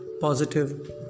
positive